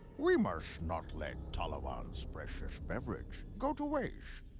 we must not let talavana's precious beverage go to waste.